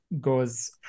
goes